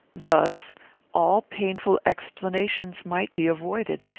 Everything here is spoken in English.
thus all painful explanations might be avoided,